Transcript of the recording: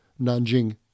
Nanjing